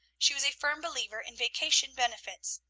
she was a firm believer in vacation benefits,